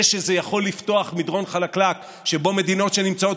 זה שזה יכול לפתוח מדרון חלקלק שבו מדינות שנמצאות